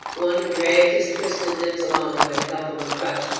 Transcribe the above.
one who dragged his twisted limbs along by the help of a crutch,